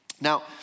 Now